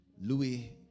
Louis